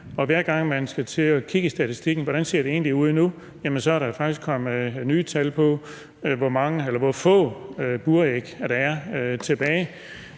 og hver gang man skal til at kigge i statistikken og se, hvordan det egentlig ser ud nu, så er der faktisk kommet nye tal over, hvor få buræg der er tilbage.